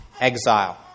exile